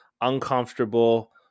uncomfortable